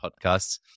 podcasts